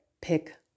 pick